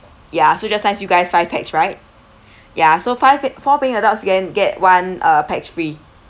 ya so just nice you guys five pax right ya so five four paying adults you can get one uh pax free